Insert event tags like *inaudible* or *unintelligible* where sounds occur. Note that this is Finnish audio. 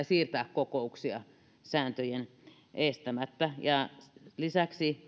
*unintelligible* siirtää kokouksia sääntöjen estämättä lisäksi